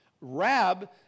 Rab